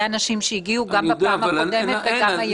הנשים שהגיעו לכאן גם בפעם הקודמת וגם היום.